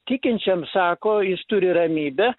tikinčiam sako jis turi ramybę